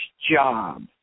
job